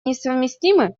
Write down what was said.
несовместимы